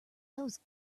those